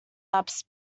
laps